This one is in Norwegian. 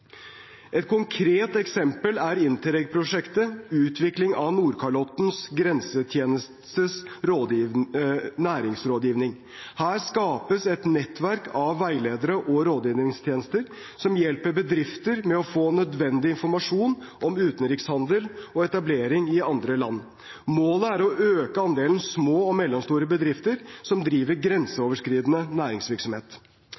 Et konkret eksempel er Interreg-prosjektet Utvikling av Nordkalotten Grensetjenestes næringslivsrådgivning. Her skapes et nettverk av veiledere og rådgivningstjenester, som hjelper bedrifter med å få nødvendig informasjon om utenrikshandel og etablering i andre land. Målet er å øke andelen små og mellomstore bedrifter som driver